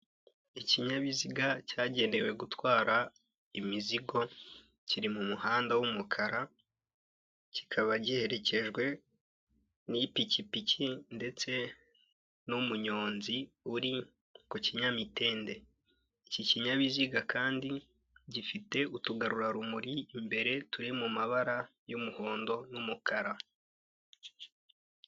Ikinyabiziga cyagenewe gutwara imizigo, kiri mu muhanda w'umukara, kikaba giherekejwe n'ipikipiki, ndetse n'umunyonzi uri ku kinyamitende. Iki kinyabiziga kandi gifite utugarurarumuri imbere, turi mu mabara y'umuhondo n'umukara.